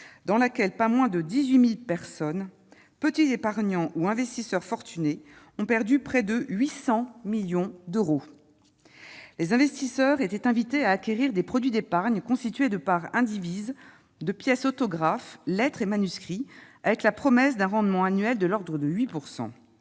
dans laquelle pas moins de 18000 personnes petits épargnants ou investisseurs fortunés ont perdu près de 800 millions d'euros, les investisseurs étaient invités à acquérir des produits d'épargne constituée de part indivise de pièces autographes, lettres et manuscrits, avec la promesse d'un rendement annuel de l'ordre de 8